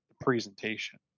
presentation